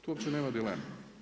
Tu uopće nema dileme.